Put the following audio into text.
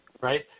right